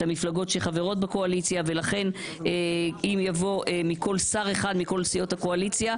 המפלגות שחברות בקואליציה ולכן אם יבוא שר אחד מכל סיעות הקואליציה,